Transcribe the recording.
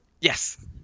yes